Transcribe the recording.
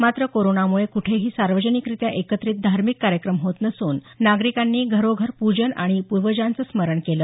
मात्र कोरोनामुळे कुठेही सार्वजनिकरित्या एकत्रित धार्मिक कार्यक्रम होत नसून नागरिकांनी घरोघर पूजन आणि पूर्वजांचं स्मरण केलं